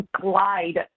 glide